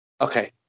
Okay